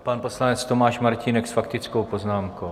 Pan poslanec Tomáš Martínek s faktickou poznámkou.